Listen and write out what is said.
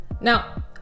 Now